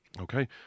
okay